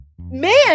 man